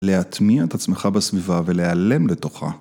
להטמיע את עצמך בסביבה ולהיעלם בתוכה.